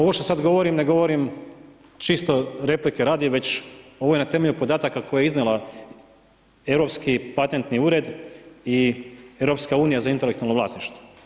Ovo što sada govorim ne govorim čisto replike radi već ovo je na temelju podataka koje je iznio Europski patentni ured i EU za intelektualno vlasništvo.